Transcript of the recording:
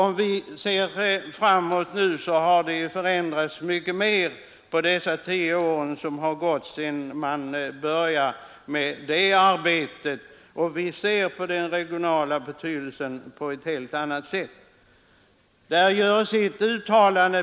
Mycket har också förändrats på de tio år som har gått sedan man började med arbetet. Vi ser nu på ett helt annat sätt på den regionala betydelsen.